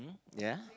ya